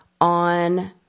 on